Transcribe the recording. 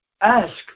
Ask